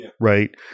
Right